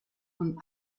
und